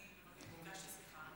אני ביקשתי סליחה.